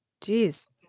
Jeez